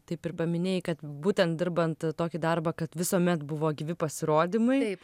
taip ir paminėjai kad būtent dirbant tokį darbą kad visuomet buvo gyvi pasirodymai